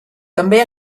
també